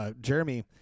Jeremy